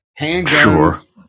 Handguns